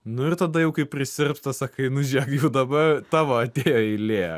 nu ir tada jau kai prisirpsta sakai nu žėk dabar tavo atėjo eilė